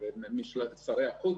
מהצהרת IHRA,